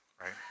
right